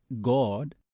God